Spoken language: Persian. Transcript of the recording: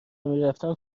نمیرفتن